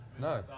No